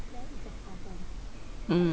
mm